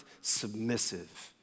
submissive